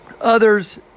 others